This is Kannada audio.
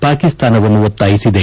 ಪಾಕಿಸ್ತಾನವನ್ನು ಒತ್ತಾಯಿಸಿದೆ